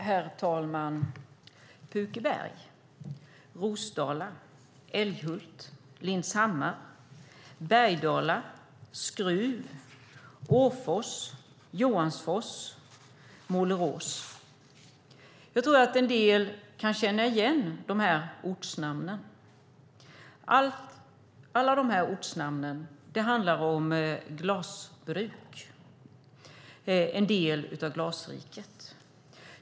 Herr talman! Pukeberg, Rosdala, Älghult, Lindshammar, Bergdala, Skruf, Åfors, Johansfors, Målerås - jag tror att en del kan känna igen dessa ortnamn. Alla dessa ortnamn handlar om glasbruk. De är en del av Glasriket.